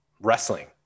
wrestling